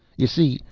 you see,